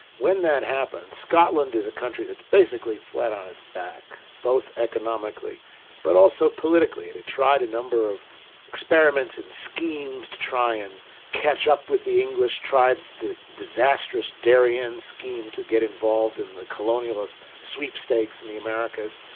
when that happens scotland is a country that's basically flat on its back, both economically but also politically and they tried a number of experiments and schemes to try and catch up with the english, tried the disastrous darien scheme to get involved in the colonialist sweepstakes in the americas.